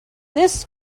this